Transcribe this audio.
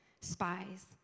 spies